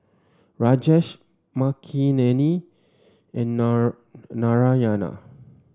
Rajesh Makineni and Na Narayana